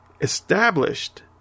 established